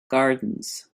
gardens